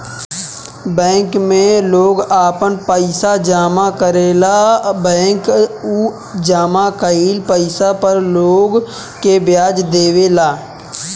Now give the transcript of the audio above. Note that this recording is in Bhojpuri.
बैंक में लोग आपन पइसा जामा करेला आ बैंक उ जामा कईल पइसा पर लोग के ब्याज देवे ले